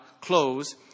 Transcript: close